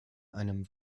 einem